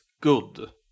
good